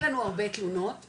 אין לנו הרבה תלונות,